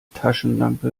taschenlampe